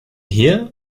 hear